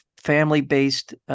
family-based